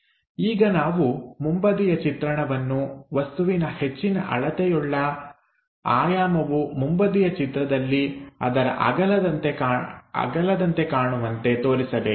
ಈಗ ನಾವು ಮುಂಬದಿಯ ಚಿತ್ರಣವನ್ನು ವಸ್ತುವಿನ ಹೆಚ್ಚಿನ ಅಳತೆಯುಳ್ಳ ಆಯಾಮವು ಮುಂಬದಿಯ ಚಿತ್ರದಲ್ಲಿ ಅದರ ಅಗಲದಂತೆ ಕಾಣುವಂತೆ ತೋರಿಸಬೇಕು